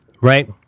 right